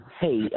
Hey